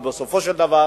ובסופו של דבר